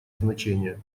значение